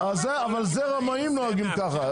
אבל זה רמאים נוהגים ככה.